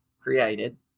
created